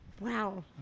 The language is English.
Wow